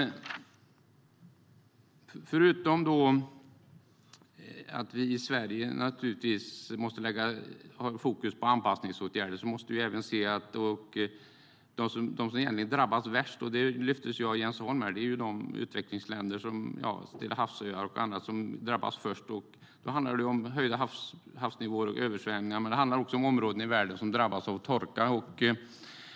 I Sverige måste vi ha fokus på anpassningsåtgärder, men som Jens Holm lyfte fram måste vi även se att det egentligen är utvecklingsländer och Stillahavsöar som drabbas värst. Det handlar om höjda havsnivåer och översvämningar men också om områden i världen som drabbas av torka.